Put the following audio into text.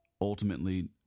ultimately